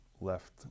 left